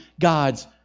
God's